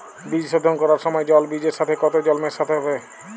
বীজ শোধন করার সময় জল বীজের সাথে কতো জল মেশাতে হবে?